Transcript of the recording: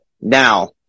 Now